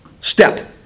Step